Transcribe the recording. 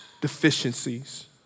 deficiencies